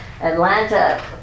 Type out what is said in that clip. Atlanta